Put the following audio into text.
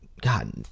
God